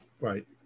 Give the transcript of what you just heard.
Right